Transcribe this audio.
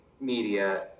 media